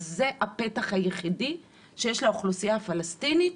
זה הפתח היחיד שיש לאוכלוסייה הפלסטינית